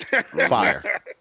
Fire